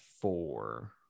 four